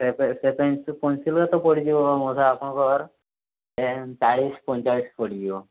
ସେ ଫେରେ ସେ ପେନ୍ସିଲ୍ଗୁଡ଼ାକ ତ ପଡ଼ିଯିବ ମଉସା ଆପଣଙ୍କର ସେ ଚାଳିଶ ପଞ୍ଚଚାଳିଶ ପଡ଼ିଯିବ